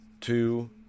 two